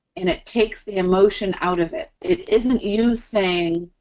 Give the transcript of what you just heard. and it takes the emotion out of it. it isn't you saying,